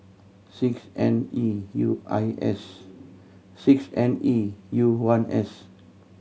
six N E U I S six N E U one S